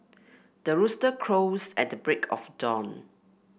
the rooster crows at the break of dawn